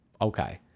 Okay